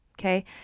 okay